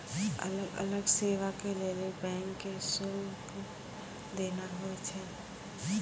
अलग अलग सेवा के लेली बैंक के शुल्क देना होय छै